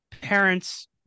parents